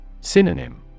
Synonym